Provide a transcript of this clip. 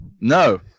No